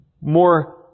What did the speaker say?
more